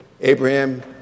Abraham